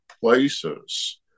places